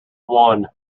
one